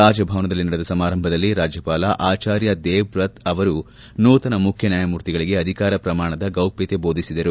ರಾಜಭವನದಲ್ಲಿ ನಡೆದ ಸಮಾರಂಭದಲ್ಲಿ ರಾಜ್ಯಪಾಲ ಆಚಾರ್ಯ ದೇವ್ವ್ರತ್ ಅವರು ನೂತನ ಮುಖ್ಯ ನ್ಯಾಯಮೂರ್ತಿಗಳಿಗೆ ಅಧಿಕಾರ ಪ್ರಮಾಣದ ಗೌಪ್ಲತೆ ಬೋಧಿಸಿದರು